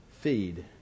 feed